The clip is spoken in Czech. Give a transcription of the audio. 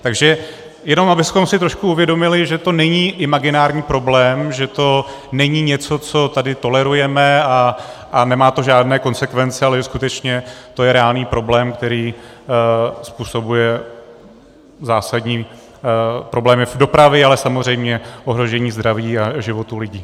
Takže jenom abychom si trošku uvědomili, že to není imaginární problém, že to není něco, co tady tolerujeme a nemá to žádné konsekvence, ale že skutečně to je reálný problém, který způsobuje zásadní problémy v dopravě, ale také samozřejmě ohrožení zdraví a životů lidí.